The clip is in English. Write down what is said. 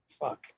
Fuck